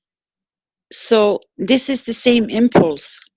so, this is the same impulse.